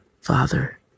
Father